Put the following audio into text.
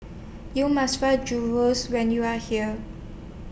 YOU must Try Gyros when YOU Are here